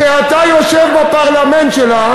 שאתה יושב בפרלמנט שלה,